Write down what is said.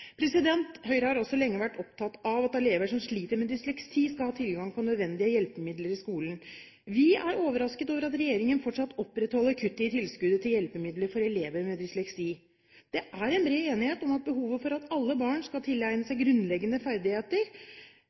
Høyre har også lenge vært opptatt av at elever som sliter med dysleksi, skal ha tilgang på nødvendige hjelpemidler i skolen. Vi er overrasket over at regjeringen fortsatt opprettholder kuttet i tilskuddet til hjelpemidler for elever med dysleksi. Det er bred enighet om behovet for at alle barn skal tilegne seg grunnleggende ferdigheter.